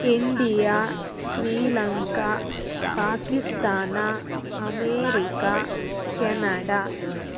India Sri Lanka Pakistan America Canada